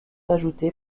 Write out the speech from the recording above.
ajoutées